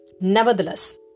nevertheless